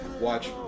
Watch